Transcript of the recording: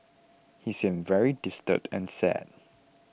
he seemed very disturbed and sad